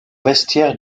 vestiaire